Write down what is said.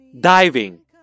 Diving